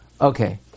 Okay